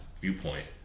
viewpoint